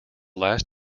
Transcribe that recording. last